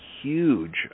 huge